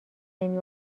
نمی